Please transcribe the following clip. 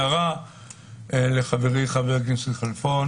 הערה לחברי חבר הכנסת כלפון